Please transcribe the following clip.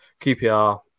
QPR